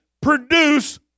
produce